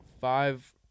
five